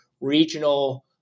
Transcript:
regional